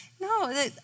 No